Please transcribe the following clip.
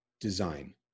design